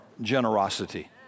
generosity